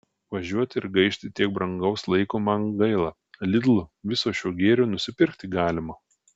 važiuoti ir gaišti tiek brangaus laiko man gaila lidl viso šio gėrio nusipirkti galima